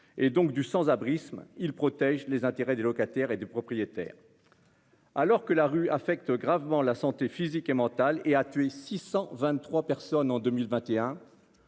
Et donc du sans-abrisme il protège les intérêts des locataires et des propriétaires. Alors que la rue affecte gravement la santé physique et mentale et a tué 623 personnes en 2021.